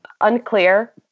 unclear